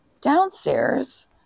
Downstairs